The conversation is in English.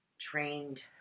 trained